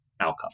outcome